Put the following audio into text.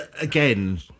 Again